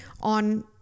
on